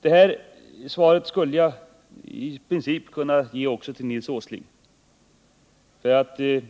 Detta svar skulle jag i princip kunna ge också till Nils Åsling, för